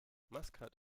maskat